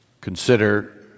consider